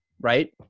right